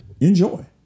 enjoy